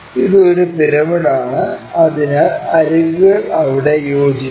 ഇത് ഒരു പിരമിഡാണ് അതിനാൽ അരികുകൾ അവിടെ യോജിക്കും